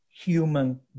human